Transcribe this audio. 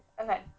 Okay